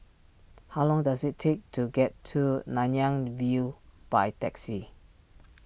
how long does it take to get to Nanyang View by taxi